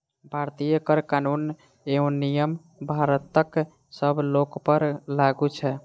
भारतीय कर कानून एवं नियम भारतक सब लोकपर लागू छै